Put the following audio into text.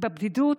בבדידות